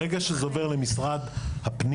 ברגע שזה עובר למשרד הפנים,